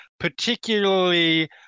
Particularly